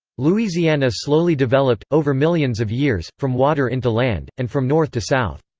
louisiana slowly developed, over millions of years, from water into land, and from north to south.